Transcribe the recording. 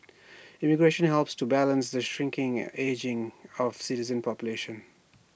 immigration helps to balance the shrinking and ageing of citizen population